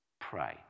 Pray